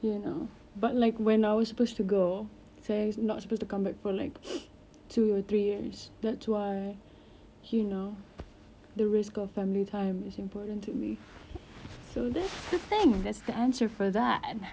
you know but like when I was supposed to go saya not supposed to come back for like two or three years that's why you know the risk of family time is important to me so that's the thing that's the answer for that